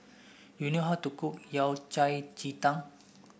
do you know how to cook Yao Cai Ji Tang